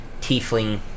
tiefling